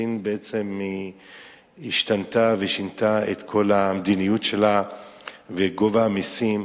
סין בעצם השתנתה ושינתה את כל המדיניות שלה וגובה מסים,